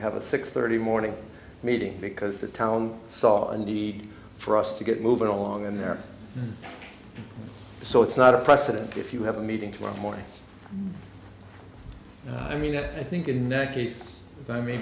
have a six thirty morning meeting because the town saw a need for us to get moving along in there so it's not a precedent if you have a meeting tomorrow morning i mean i think in that case if i may